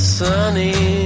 sunny